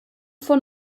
von